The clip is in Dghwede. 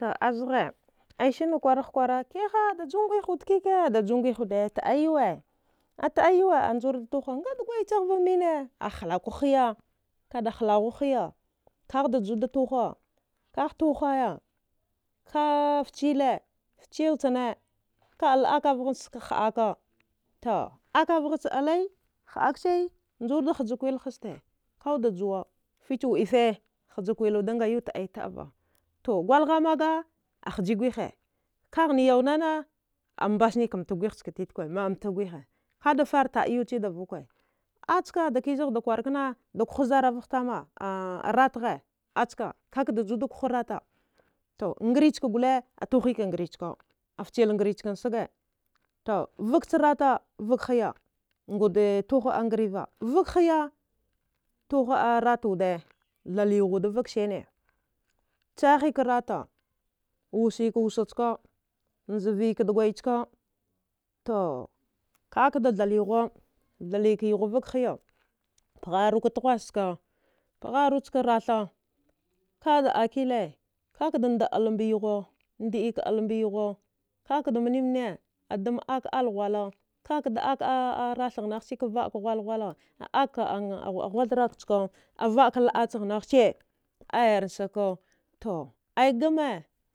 aziha ashine kwara kur, kehi da ju gwiha wude ke ka, da ju gwiha wude tidya yuwe, a tidya yuwe, njuru da jugha a dugwaya civa a mine, a halkwa hiya ka da halwa hiya? Ka da juwa da tugha, ka da tughaya kafcila, facila ci beai akava tu tu zine bka hadka, to akvagha a bla hadka ci, njuru da hadja kwili izita to ka wude da juwa hina dwife a yuwe wassa kwili wude a yuwe tidya tidyava, gwal hamaga a hadja gwiha, ka yumira yaunana mbasni ka nata gwihi tiikwe ma'a nata titikwe ce gwihi ka da fara tida yuwe ci da vukwe, acka kiza da kwara kena da kuha zaravaha tama rata ha ka da juwa da kuha rata, ngre a gwal atugha ka, vfijila ngre ci dskaga tu viga ci rata viga hiya, a wude ngreya tugha ngreva, viga hiya tugha rata wude, thla yuhu wude viga sinai ei tsahika rata, wussaka wussacka njivika dugwayaca to ka ka da thal yuhuwa, thla ka yuhuwa viga hiya paharu ka twaza caka, paharu ca ratha ka dakila, nda bla ma yuhuwa ka ka mni mne dama aka alla aratha whala ka ka ghwalla, hwalla, hwathra ci avika labca naya ci ayaragskga to gma